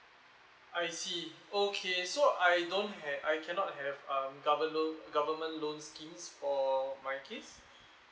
I see okay so I don't have I cannot have um government loan government loans scheme for my case